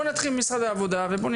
נתחיל עם משרד העבודה.